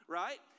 right